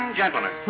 gentlemen